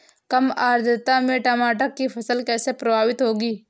कम आर्द्रता में टमाटर की फसल कैसे प्रभावित होगी?